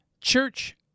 Church